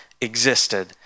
existed